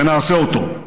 ונעשה אותו.